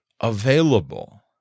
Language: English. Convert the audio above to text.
Available